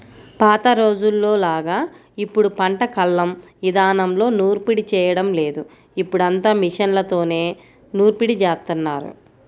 పాత రోజుల్లోలాగా ఇప్పుడు పంట కల్లం ఇదానంలో నూర్పిడి చేయడం లేదు, ఇప్పుడంతా మిషన్లతోనే నూర్పిడి జేత్తన్నారు